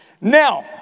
now